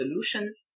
solutions